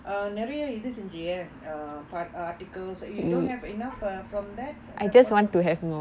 நிறைய இது செஞ்சியா:niraiya ithu senjiye uh part articles you don't have enough err from that